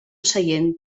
seient